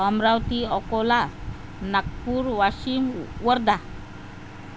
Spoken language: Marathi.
अमरावती अकोला नागपूर वाशिम वर्धा